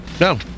No